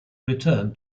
return